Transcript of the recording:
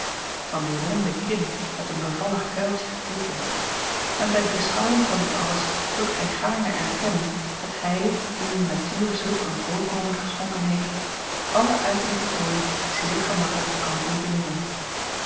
van die ronde kin met een bevallig kuiltje geteekend en bij de beschouwing van dat alles zult gij gaarne erkennen dat hij wien de natuur zulk een voorkomen geschonken heeft allen uiterlijken tooi zeer gemakkelijk kan ontberen